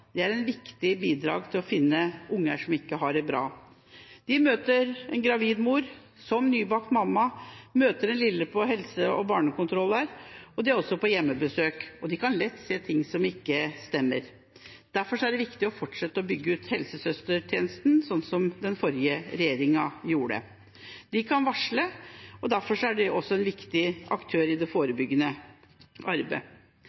er et viktig bidrag til å finne unger som ikke har det bra. De møter mor som gravid og som nybakt mamma, de møter den lille på helse- og barnekontroller, og de er på hjemmebesøk. De kan lett se ting som ikke stemmer. Derfor er det viktig å fortsette å bygge ut helsesøstertjenesten, sånn som den forrige regjeringa gjorde. De kan varsle, derfor er de også en viktig aktør i det forebyggende arbeidet.